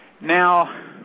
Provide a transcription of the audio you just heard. Now